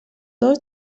dos